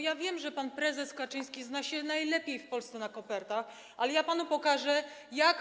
Ja wiem, że pan prezes Kaczyński zna się najlepiej w Polsce na kopertach, ale pokażę panu.